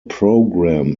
program